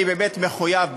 אני באמת מחויב,